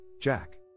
Jack